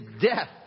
death